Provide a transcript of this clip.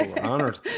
Honored